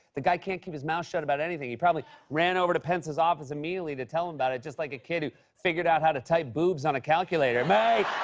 the guy can't keep his mouth shut about anything. he probably ran over to pence's office immediately to tell him about it just like a kid who figured out how to type boobs on a calculator. mike!